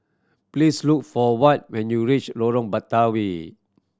please look for Watt when you reach Lorong Batawi